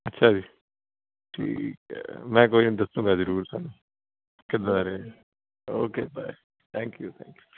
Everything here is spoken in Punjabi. ਅੱਛਾ ਜੀ ਠੀਕ ਐ ਮੈਂ ਕੋਈ ਨਾ ਦੱਸੁੰਗਾ ਜਰੂਰ ਥੋਨੂੰ ਕਿੱਦਾਂ ਦਾ ਰਿਆ ਓਕੇ ਬਾਏ ਥੈਂਕਿਊ ਥੈਂਕਿਊ